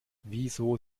wieso